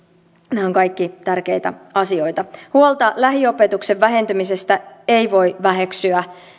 nämä ovat kaikki tärkeitä asioita huolta lähiopetuksen vähentymisestä ei voi väheksyä